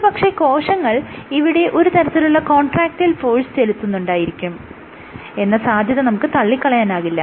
ഒരു പക്ഷെ കോശങ്ങൾ ഇവിടെ ഒരു തരത്തിലുള്ള കോൺട്രാക്ടായിൽ ഫോഴ്സ് ചെലുത്തുന്നുണ്ടായിരിക്കും എന്ന സാധ്യത നമുക്ക് തള്ളിക്കളയാനാകില്ല